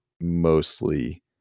mostly